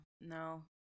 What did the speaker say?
no